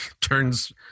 turns